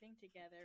together